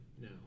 no